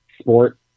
sport